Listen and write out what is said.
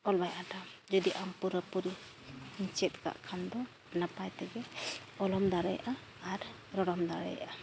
ᱚᱞ ᱵᱟᱭ ᱟᱴᱟ ᱡᱩᱫᱤ ᱟᱢ ᱯᱩᱨᱟᱹ ᱯᱩᱨᱤ ᱪᱮᱫ ᱠᱟᱜ ᱠᱷᱟᱱ ᱫᱚ ᱱᱟᱯᱟᱭ ᱛᱮᱜᱮ ᱚᱞ ᱦᱚᱸᱢ ᱫᱟᱲᱮᱭᱟᱜᱼᱟ ᱟᱨ ᱨᱚᱲ ᱦᱚᱸᱢ ᱫᱟᱲᱮᱭᱟᱜᱼᱟ